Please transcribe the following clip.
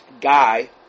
Guy